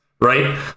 right